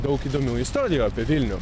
daug įdomių istorijų apie vilnių